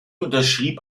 unterschrieb